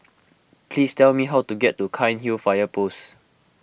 please tell me how to get to Cairnhill Fire Post